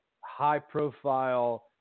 high-profile